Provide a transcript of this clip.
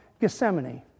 Gethsemane